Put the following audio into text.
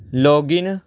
login